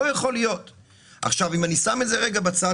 אם אני שם את זה רגע בצד,